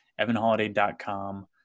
evanholiday.com